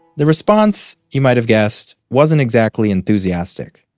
the response, you might have guessed, wasn't exactly enthusiastic.